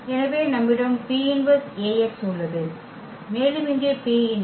எனவே நம்மிடம் P−1 Ax உள்ளது மேலும் இங்கே P−1